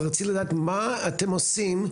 אבל רציתי לדעת מה אתם עושים,